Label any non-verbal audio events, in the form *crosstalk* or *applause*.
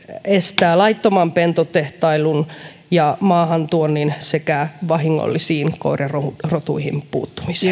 estää laittoman pentutehtailun *unintelligible* *unintelligible* ja maahantuonnin sekä *unintelligible* *unintelligible* mahdollistaa vahingollisiin koirarotuihin puuttumisen *unintelligible*